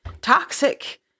toxic